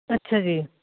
ਅੱਛਾ ਜੀ